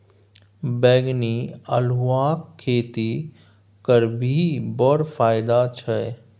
बैंगनी अल्हुआक खेती करबिही बड़ फायदा छै